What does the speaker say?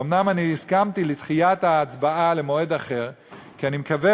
אומנם אני הסכמתי לדחיית ההצבעה למועד אחר כי אני מקווה,